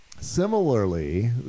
Similarly